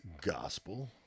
gospel